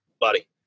buddy